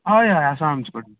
हय हय आसा आमचे कडेन